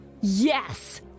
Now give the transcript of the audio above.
Yes